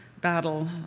battle